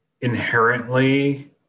inherently